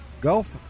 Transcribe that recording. Gulf